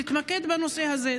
תתמקד בנושא הזה.